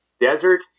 Desert